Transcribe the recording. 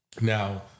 Now